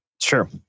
Sure